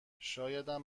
شایدم